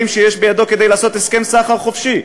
שיש בידו כדי לעשות הסכם סחר חופשי.